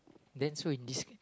then so in this